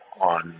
on